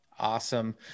awesome